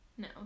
No